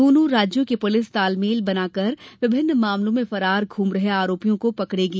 दोनों राज्यों की पुलिस तालमेल बनाकर विभिन्न मामलों में फरार घूम रहे आरोपियों को पकडेगी